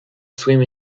swim